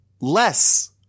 less